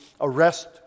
arrest